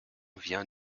vient